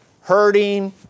hurting